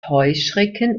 heuschrecken